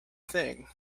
thing